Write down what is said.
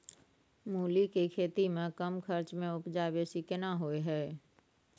मूली के खेती में कम खर्च में उपजा बेसी केना होय है?